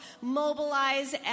mobilize